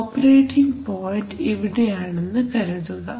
operating point ഇവിടെ ആണെന്ന് കരുതുക